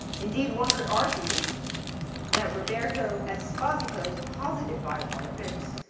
indeed, one could argue that roberto esposito's positive biopolitics,